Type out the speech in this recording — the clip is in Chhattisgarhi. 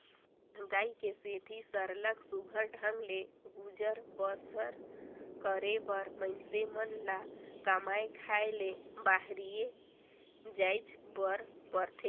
मंहगई के सेती सरलग सुग्घर ढंग ले गुजर बसर करे बर मइनसे मन ल कमाए खाए ले बाहिरे जाएच बर परथे